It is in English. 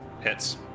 Hits